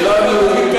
שאנחנו,